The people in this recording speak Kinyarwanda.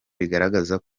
bigaragaza